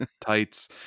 tights